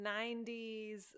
90s